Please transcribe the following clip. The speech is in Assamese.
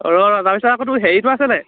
ৰ ৰ তাৰ পিছত আকৌ তোৰ হেৰিটো আছে নাই